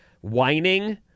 whining